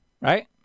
right